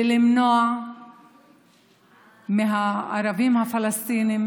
למנוע מהערבים הפלסטינים